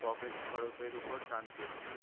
pocket খরচের উপর টান পড়ছে